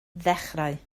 ddechrau